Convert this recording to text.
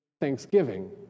Thanksgiving